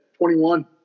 21